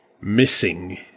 missing